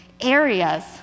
areas